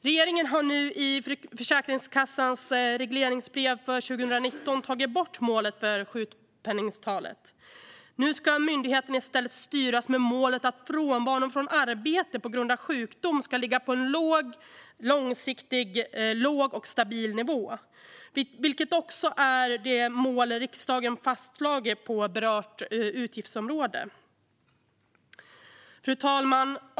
Regeringen har nu i Försäkringskassans regleringsbrev för 2019 tagit bort målet för sjukpenningtalet. Nu ska myndigheten i stället styras med målet att frånvaron från arbete på grund av sjukdom ska ligga på en långsiktigt låg och stabil nivå, vilket också är det mål riksdagen fastslagit på berört utgiftsområde. Fru talman!